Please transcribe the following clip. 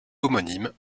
homonyme